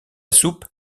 soupe